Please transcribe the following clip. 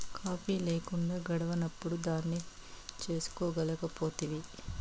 coffee లేకుంటే గడవనప్పుడు దాన్నే చేసుకోలేకపోతివి